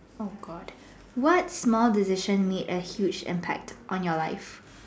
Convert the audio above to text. oh God what small decision made a huge impact on your life